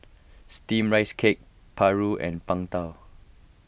Steamed Rice Cake Paru and Png Tao